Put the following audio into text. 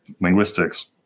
linguistics